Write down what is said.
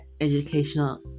educational